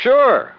Sure